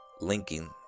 linking